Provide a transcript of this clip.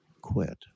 quit